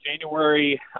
January